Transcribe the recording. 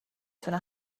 تونه